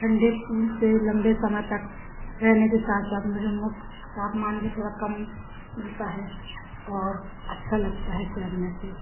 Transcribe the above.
ठंडे पुल से लम्बे समय तक रहने के साथ साथ मुझे मुख तापमान भी थोड़ा कम मिलता है और अच्छा लगता है तैरने से